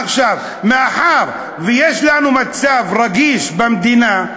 עכשיו, מאחר שיש לנו מצב רגיש במדינה,